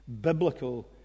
biblical